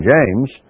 James